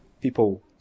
People